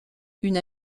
une